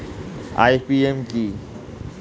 IPM কি?